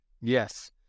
Yes